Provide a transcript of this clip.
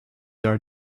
are